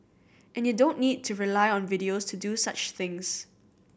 and you don't need to rely on videos to do such things